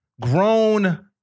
grown